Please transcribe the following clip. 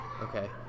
okay